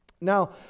Now